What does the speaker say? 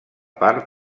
part